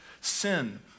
sin